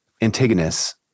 Antigonus